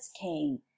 came